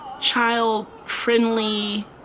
child-friendly